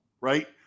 right